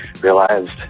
realized